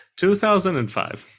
2005